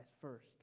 first